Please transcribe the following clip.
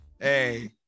hey